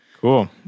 Cool